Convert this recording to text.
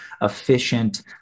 efficient